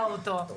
לא,